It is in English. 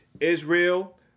Israel